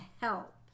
help